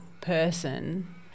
person